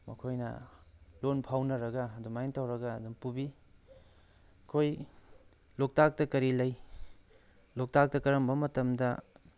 ꯃꯈꯣꯏꯅ ꯂꯣꯜ ꯐꯥꯎꯅꯔꯒ ꯑꯗꯨꯃꯥꯏꯅ ꯇꯧꯔꯒ ꯑꯗꯨꯝ ꯄꯨꯕꯤ ꯑꯩꯈꯣꯏ ꯂꯣꯛꯇꯥꯛꯇ ꯀꯔꯤ ꯂꯩ ꯂꯣꯛꯇꯥꯛꯇ ꯀꯔꯝꯕ ꯃꯇꯝꯗ